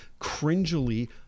cringily